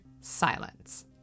silence